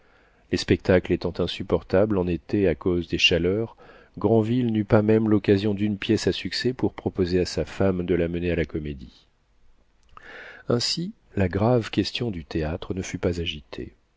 les spectacles étant insupportables en été à cause des chaleurs granville n'eut pas même l'occasion d'une pièce à succès pour proposer à sa femme de la mener à la comédie ainsi la grave question du théâtre ne fut pas agitée